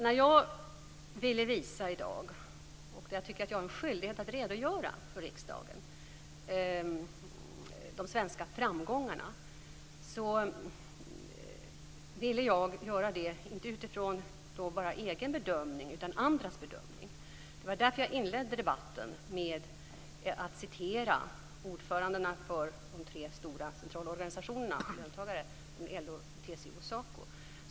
Det jag ville visa i dag, och det jag tycker att jag har en skyldighet att redogöra för inför riksdagen, är de svenska framgångarna. Jag ville inte bara göra det utifrån egen bedömning, utan också utifrån andras bedömningar. Det var därför jag inledde debatten med att citera ordförandena för de tre stora centralorganisationerna för löntagare, dvs. LO, TCO och SACO.